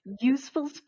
useful